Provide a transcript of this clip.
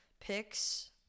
picks